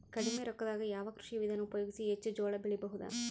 ಕಡಿಮಿ ರೊಕ್ಕದಾಗ ಯಾವ ಕೃಷಿ ವಿಧಾನ ಉಪಯೋಗಿಸಿ ಹೆಚ್ಚ ಜೋಳ ಬೆಳಿ ಬಹುದ?